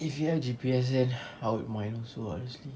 if it have G_P_S then I would mind so honestly